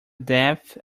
depth